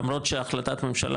למרות שהחלטת ממשלה,